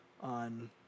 on